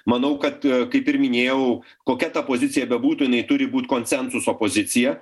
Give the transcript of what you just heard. manau kad kaip ir minėjau kokia ta pozicija bebūtų jinai turi būt konsensuso pozicija